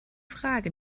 frage